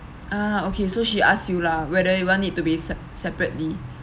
ah okay so she ask you lah whether you want it to be sep~ separately